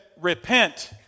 repent